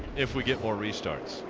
if we get more restarts.